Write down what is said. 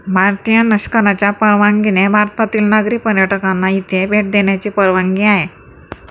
भारतीय नष्कराच्या परवानगीने भारतातील नागरी पर्यटकांना इथे भेट देण्याची परवानगी आहे